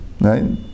right